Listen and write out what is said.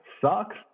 sucks